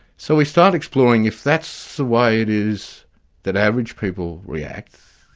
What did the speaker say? so we start exploring if that's the way it is that average people react,